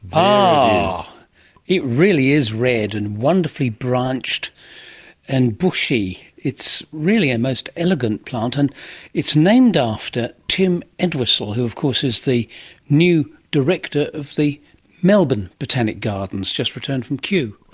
um ah! it really is red and wonderfully branched and bushy. it's really a and most elegant plant, and it's named after tim entwisle, who of course is the new director of the melbourne botanic gardens, just returned from kew.